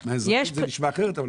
כי מהאזרחים זה נשמע אחרת, אבל